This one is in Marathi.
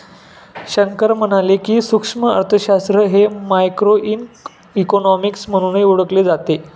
शंकर म्हणाले की, सूक्ष्म अर्थशास्त्र हे मायक्रोइकॉनॉमिक्स म्हणूनही ओळखले जाते